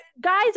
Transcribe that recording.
guys